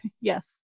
Yes